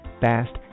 fast